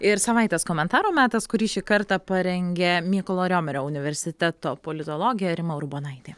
ir savaitės komentaro metas kurį šį kartą parengė mykolo riomerio universiteto politologė rima urbonaitė